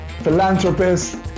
philanthropist